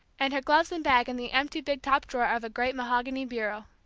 and her gloves and bag in the empty big top drawer of a great mahogany bureau.